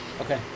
Okay